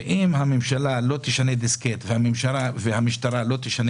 אם הממשלה לא תשנה דיסקט והמשטרה לא תשנה